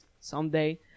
someday